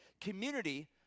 community